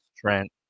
Trent